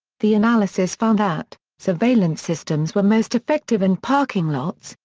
the analysis found that surveillance systems were most effective in parking lots,